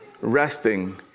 resting